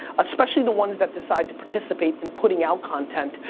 especially the ones that decide to participate in putting out content,